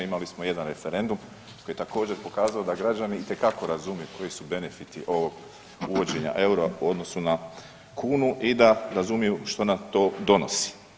Imali smo jedan referendum koji je također pokazao da građani itekako razumiju koji su benefiti ovog uvođenja eura u odnosu na kunu i da razumiju što nam to donosi.